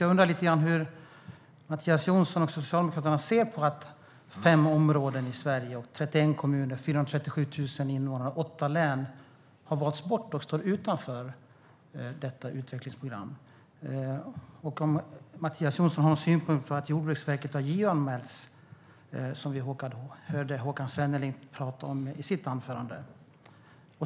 Jag undrar lite grann hur Mattias Jonsson och Socialdemokraterna ser på att fem områden i Sverige - 31 kommuner, 437 000 invånare och åtta län - har valts bort och står utanför detta utvecklingsprogram och om Mattias Jonsson har en synpunkt på att Jordbruksverket har JO-anmälts, som vi hörde Håkan Svenneling prata om i sitt anförande.